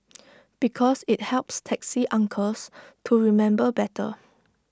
because IT helps taxi uncles to remember better